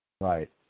Right